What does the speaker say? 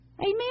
Amen